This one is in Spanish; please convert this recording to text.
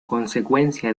consecuencia